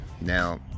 now